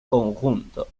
conjunto